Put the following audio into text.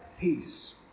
peace